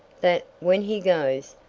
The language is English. that, when he goes,